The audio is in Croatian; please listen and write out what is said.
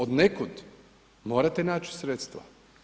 Odnekud morate naći sredstva.